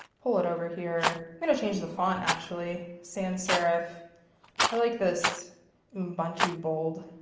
pull it over here. i'm going to change the font, actually. sans-serif. i like this ubuntu bold.